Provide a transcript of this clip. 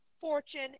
fortune